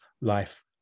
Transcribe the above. life